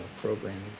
programming